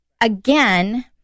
again